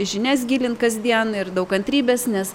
žinias gilint kasdien ir daug kantrybės nes